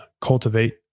cultivate